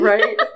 Right